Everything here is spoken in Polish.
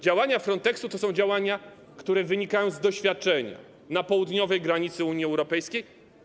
Działania Fronteksu to są działania, które wynikają z doświadczenia na południowej granicy Unii Europejskiej.